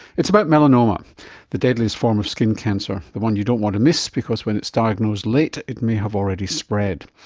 it's about melanoma, the deadliest form of skin cancer, the one you don't want to miss because when it's diagnosed late it may have already spread.